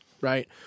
right